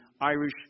Irish